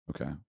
okay